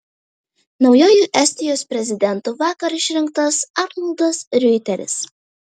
naujuoju estijos prezidentu vakar išrinktas arnoldas riuitelis